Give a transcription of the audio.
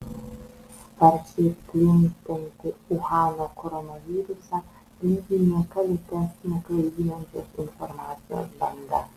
sparčiai plintantį uhano koronavirusą lydi ne ką lėtesnė klaidinančios informacijos banga